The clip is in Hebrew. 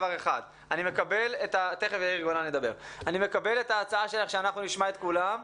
אני מקבל את ההצעה שלך שאנחנו נשמע את כולם,